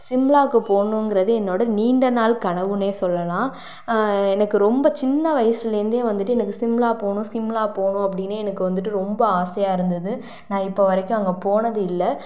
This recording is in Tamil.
சிம்லாக்கு போகணுங்குறது என்னோட நீண்ட நாள் கனவுன்னே சொல்லலாம் எனக்கு ரொம்ப சின்ன வயசுலேருந்தே வந்துவிட்டு எனக்கு சிம்லா போகணும் சிம்லா போகணும் அப்படின்னே எனக்கு வந்துவிட்டு ரொம்ப ஆசையாக இருந்தது நான் இப்போ வரைக்கும் அங்கே போனது இல்லை